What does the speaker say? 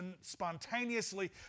spontaneously